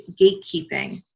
gatekeeping